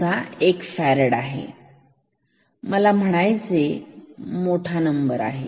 हे सुद्धा एक ह्या फॅरेड आहे मला म्हणायचे मोठे अंक